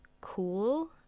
cool